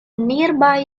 nearby